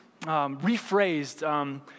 rephrased